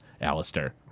Alistair